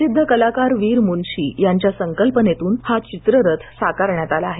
प्रसिद्ध कलाकार वीर मुन्शी यांच्या संकल्पनेतून हा चित्ररथ साकारण्यात आला आहे